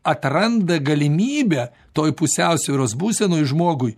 atranda galimybę toj pusiausvyros būsenoj žmogui